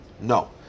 No